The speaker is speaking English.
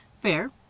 fair